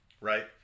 Right